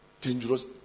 Dangerous